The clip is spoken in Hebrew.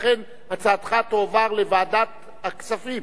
לכן הצעתך תועבר לוועדת הכספים,